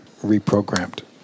reprogrammed